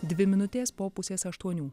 dvi minutės po pusės aštuonių